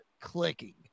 clicking